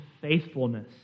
faithfulness